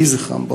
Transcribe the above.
יהי זכרם ברוך.